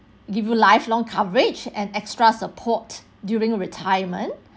give you lifelong coverage and extra support during retirement